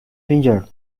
finger